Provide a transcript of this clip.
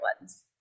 ones